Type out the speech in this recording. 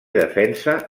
defensa